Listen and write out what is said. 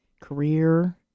career